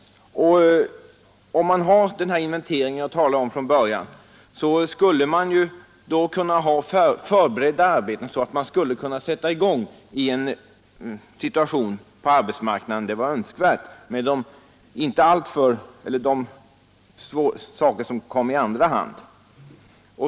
Om man har gjort den inventering jag talade om nyss, kunde man ha förberett arbeten så att man skulle kunna sätta i gång i en situation på arbetsmarknaden där det är önskvärt med ökad sysselsättning.